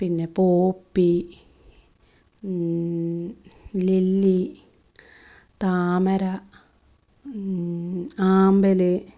പിന്നെ poppy lily താമര ആമ്പല്